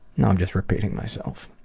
now i'm just repeating myself.